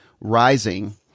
Rising